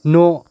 न'